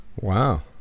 Wow